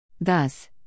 Thus